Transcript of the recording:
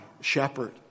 shepherd